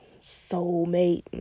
soulmate